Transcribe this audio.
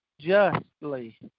justly